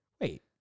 Wait